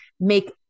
make